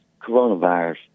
coronavirus